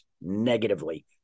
negatively